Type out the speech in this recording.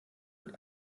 wird